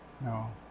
No